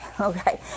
Okay